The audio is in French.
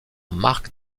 marc